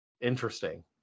interesting